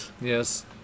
Yes